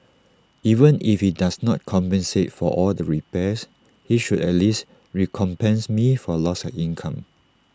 even if he does not compensate for all the repairs he should at least recompense me for loss of income